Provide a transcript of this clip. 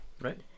Right